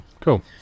cool